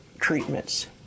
treatments